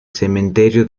cementerio